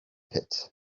pit